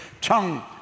tongue